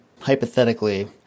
hypothetically